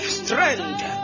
strength